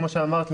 כמו שאמרת,